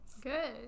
Good